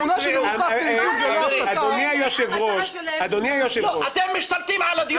------ אדוני היושב-ראש -- אתם משתלטים על הדיון,